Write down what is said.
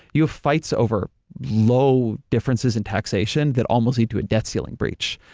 you have fights over low differences in taxation that almost lead to a debt ceiling breach.